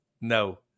no